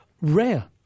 rare